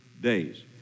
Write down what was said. days